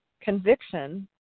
conviction